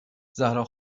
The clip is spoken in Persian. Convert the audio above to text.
زهرا